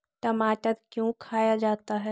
टमाटर क्यों खाया जाता है?